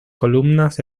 columnas